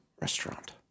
restaurant